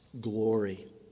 glory